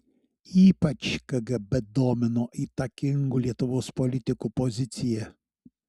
ypač kgb domino įtakingų lietuvos politikų pozicija